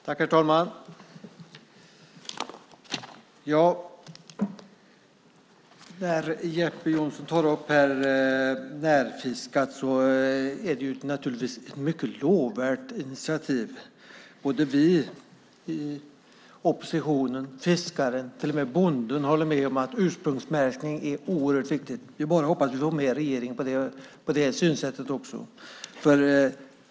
Herr talman! Jeppe Johnsson tar upp Närfiskat. Det är naturligtvis ett mycket lovvärt initiativ. Både vi i oppositionen, fiskaren, till och med bonden håller med om att ursprungsmärkning är oerhört viktigt. Vi bara hoppas att vi får med regeringen på det synsättet också.